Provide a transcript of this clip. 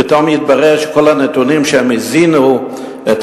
פתאום התברר שכל הנתונים שהם הזינו בהם